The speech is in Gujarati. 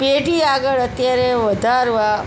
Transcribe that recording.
પેઢી આગળ અત્યારે વધારવા